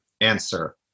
answer